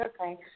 okay